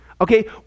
okay